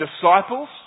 disciples